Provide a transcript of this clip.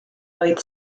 oedd